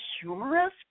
humorous